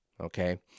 Okay